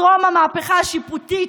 טרום המהפכה השיפוטית,